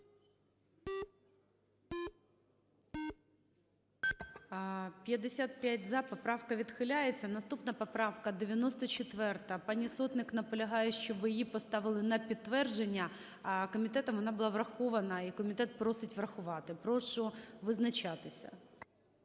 За-55 Поправка відхиляється. Наступна поправка 94. Пані Сотник наполягає, щоб її поставили на підтвердження. А комітетом була врахована і комітет просить врахувати. Прошу визначатися.